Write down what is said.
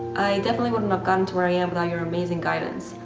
i definitely wouldn't have gotten to where i am without your amazing guidance.